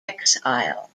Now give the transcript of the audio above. exile